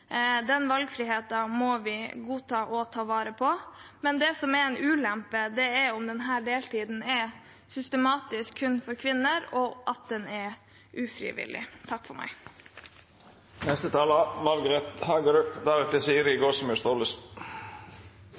Den valgfriheten må vi godta og ta vare på. Men det som er en ulempe, er om denne deltiden er systematisk kun for kvinner, og om den er ufrivillig.